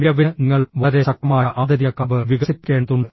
മികവിന് നിങ്ങൾ വളരെ ശക്തമായ ആന്തരിക കാമ്പ് വികസിപ്പിക്കേണ്ടതുണ്ട്